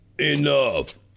Enough